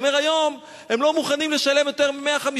הוא אומר: היום הם לא מוכנים לשלם יותר מ-150,